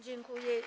Dziękuję.